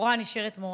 מורה נשארת מורה,